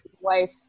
wife